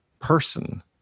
person